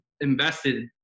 invested